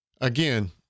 again